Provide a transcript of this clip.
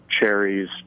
cherries